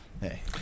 hey